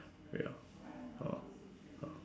ya ah ah